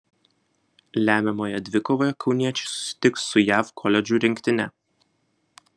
lemiamoje dvikovoje kauniečiai susitiks su jav koledžų rinktine